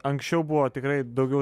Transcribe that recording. anksčiau buvo tikrai daugiau